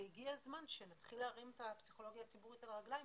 והגיע הזמן שנתחיל להרים את הפסיכולוגיה הציבורית על הרגליים,